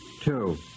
Two